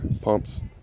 pumps